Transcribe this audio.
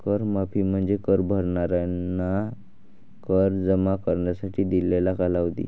कर माफी म्हणजे कर भरणाऱ्यांना कर जमा करण्यासाठी दिलेला कालावधी